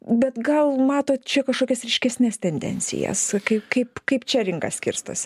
bet gal matot čia kažkokias ryškesnes tendencijas kaip kaip kaip čia rinka skirstosi